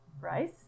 Rice